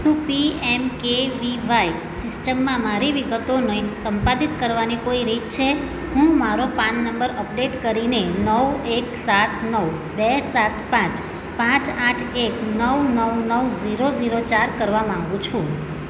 શું P M K V Y સિસ્ટમમાં મારી વિગતોને સંપાદિત કરવાની કોઈ રીત છે હું મારો પાન નંબર અપડેટ કરીને નવ એક સાત નવ બે સાત પાંચ પાંચ આઠ એક નવ નવ નવ ઝીરો ઝીરો ચાર કરવા માગું છું